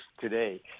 today